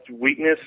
weakness